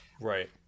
Right